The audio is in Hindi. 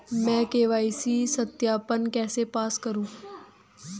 मैं के.वाई.सी सत्यापन कैसे पास करूँ?